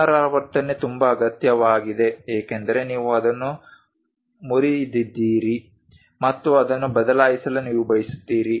ಪುನರಾವರ್ತನೆ ತುಂಬಾ ಅಗತ್ಯವಾಗಿದೆ ಏಕೆಂದರೆ ನೀವು ಅದನ್ನು ಮುರಿದಿದ್ದೀರಿ ಮತ್ತು ಅದನ್ನು ಬದಲಾಯಿಸಲು ನೀವು ಬಯಸುತ್ತೀರಿ